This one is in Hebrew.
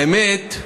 האמת,